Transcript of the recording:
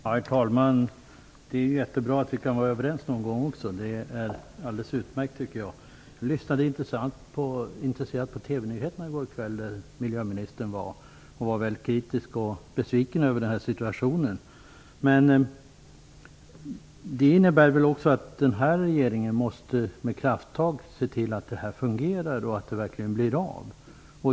Herr talman! Det är jättebra att vi också kan vara överens någon gång. Det är alldeles utmärkt, tycker jag. Jag såg miljöministern på TV-nyheterna i går. Hon var väldigt kritisk och besviken över situationen. Men det innebär väl också att den här regeringen med krafttag måste se till att det här fungerar och att det verkligen blir av?